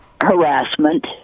harassment